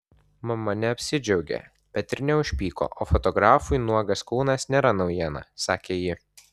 mama neapsidžiaugė bet ir neužpyko o fotografui nuogas kūnas nėra naujiena sakė ji